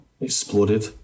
exploded